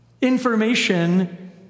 information